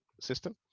system